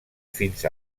fins